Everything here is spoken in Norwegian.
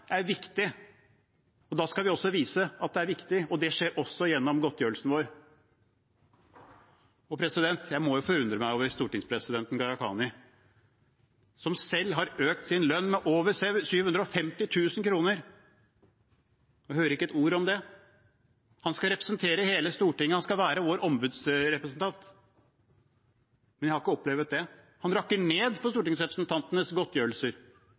Da skal vi også vise at det er viktig, og det skjer også gjennom godtgjørelsen vår. Jeg forundrer meg over stortingspresidenten, Gharahkhani, som selv har økt sin lønn med over 750 000 kr. Vi hører ikke ett ord om det. Han skal representere hele Stortinget, han skal være vår ombudsmann, men jeg har ikke opplevd det. Han rakker ned på stortingsrepresentantenes godtgjørelser